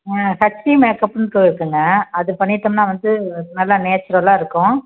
ஆ HD மேக்கப்புன்ட்டு இருக்குதுங்க அது பண்ணிவிட்டோம்னா வந்து நல்லா நேச்சுரலாக இருக்கும்